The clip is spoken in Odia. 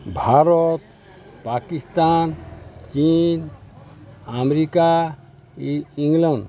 ଭାରତ ପାକିସ୍ତାନ ଚୀନ ଆମେରିକା ଇଂଲଣ୍ଡ